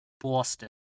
Boston